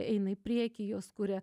eina į priekį jos kuria